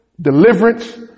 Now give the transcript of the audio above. deliverance